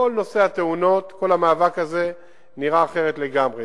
כל נושא התאונות, כל המאבק הזה נראה אחרת לגמרי.